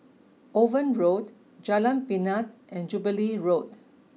Owen Road Jalan Pinang and Jubilee Road